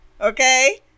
okay